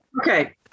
Okay